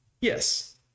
Yes